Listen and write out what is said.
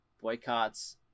boycotts